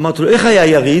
אמרתי לו: איך היה היריד?